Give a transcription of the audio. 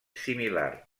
similar